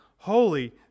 Holy